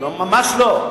אני בטוח, ממש לא.